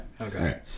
Okay